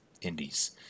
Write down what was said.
Indies